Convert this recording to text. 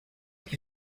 qui